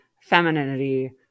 femininity